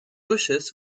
bushes